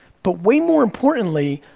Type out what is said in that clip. but way more importantly,